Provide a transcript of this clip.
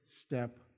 step